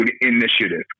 Initiative